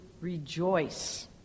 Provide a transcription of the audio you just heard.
rejoice